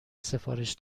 سفارش